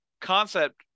concept